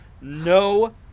No